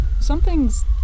Something's